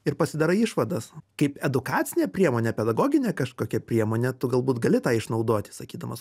ir pasidarai išvadas kaip edukacinė priemonė pedagoginė kažkokia priemonė tu galbūt gali tą išnaudoti sakydamas